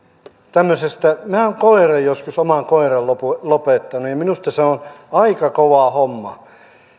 tämmöisestä minä olen oman koiran joskus lopettanut ja minusta se on aika kova homma